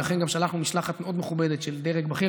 ולכן גם שלחנו משלחת מאוד מכובדת של דרג בכיר.